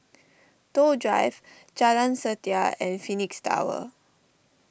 Toh Drive Jalan Setia and Phoenix Tower